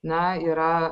na yra